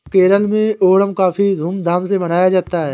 केरल में ओणम काफी धूम धाम से मनाया जाता है